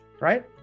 right